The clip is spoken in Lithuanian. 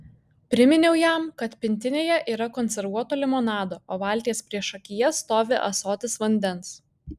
priminiau jam kad pintinėje yra konservuoto limonado o valties priešakyje stovi ąsotis vandens